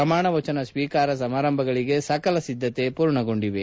ಪ್ರಮಾಣ ವಚನ ಸ್ವೀಕಾರ ಸಮಾರಂಭಗಳಿಗೆ ಸಕಲ ಸಿದ್ದತೆಗಳು ಪೂರ್ಣಗೊಂಡಿವೆ